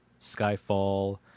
Skyfall